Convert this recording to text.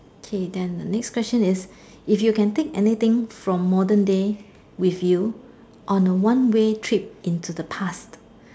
okay then the next question is if you can take anything from modern day with you on a one way trip into the past